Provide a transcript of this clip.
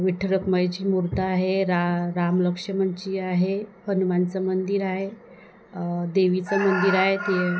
विठ्ठल रखुमाईची मूर्ती आहे रा राम लक्ष्मणची आहे हनुमानचं मंदिर आहे देवीचं मंदिर आहे ते